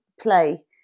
play